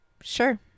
sure